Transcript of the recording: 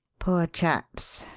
poor chaps!